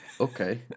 Okay